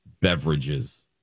beverages